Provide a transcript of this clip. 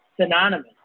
synonymous